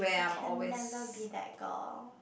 I can never be that girl